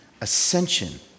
ascension